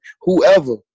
whoever